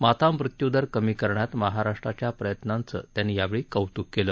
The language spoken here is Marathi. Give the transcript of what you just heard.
माता मृत्यूदर कमी करण्यात महाराष्ट्राच्या प्रयत्नांचं त्यांनी यावेळी कौत्क केलं